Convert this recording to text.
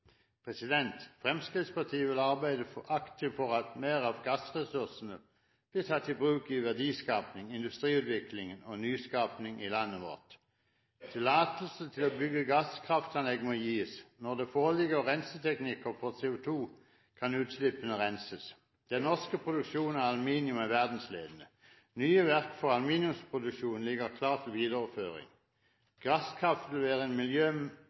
oppholdstillatelse. Fremskrittspartiet vil arbeide aktivt for at mer av gassressursene blir tatt i bruk i verdiskaping, industriutvikling og nyskaping i landet vårt. Tillatelse til å bygge gasskraftanlegg må gis. Når det foreligger renseteknikker for CO2, kan utslippene renses. Den norske produksjonen av aluminium er verdensledende. Nye verk for aluminiumsproduksjon ligger klare til videreføring. Gasskraft